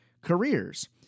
careers